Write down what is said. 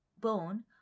bone